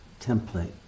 template